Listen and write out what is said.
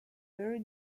very